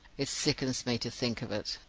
it sickens me to think of it.